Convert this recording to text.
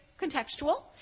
contextual